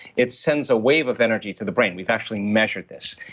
it sends a wave of energy to the brain. we've actually measured this,